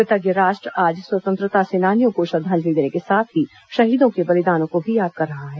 कृतज्ञ राष्ट्र आज स्वतंत्रता सेनानियों को श्रृद्धांजलि देने के साथ ही शहीदों के बलिदान को भी याद कर रहा है